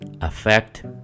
affect